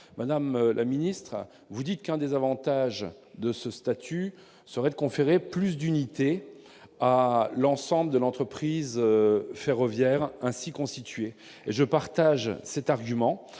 Madame la ministre, vous dites qu'un des avantages du statut proposé serait de conférer plus d'unité à l'ensemble de l'entreprise ferroviaire ainsi constitué. Je partage cet argument.